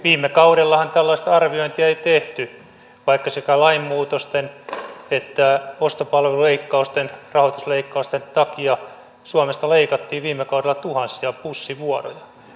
viime kaudellahan tällaista arviointia ei tehty vaikka sekä lainmuutosten että ostopalveluleikkausten rahoitusleikkausten takia suomesta leikattiin viime kaudella tuhansia bussivuoroja